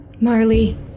Marley